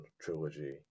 trilogy